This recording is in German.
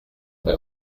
bei